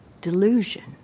delusion